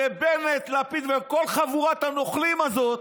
לבנט, לפיד וכל חבורת הנוכלים הזאת,